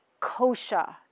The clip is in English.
kosha